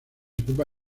ocupa